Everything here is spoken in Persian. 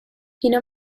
اینا